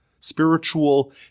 Spiritual